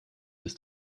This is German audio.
ist